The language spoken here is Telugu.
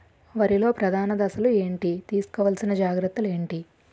వరిలో ప్రధాన దశలు ఏంటి? తీసుకోవాల్సిన జాగ్రత్తలు ఏంటి?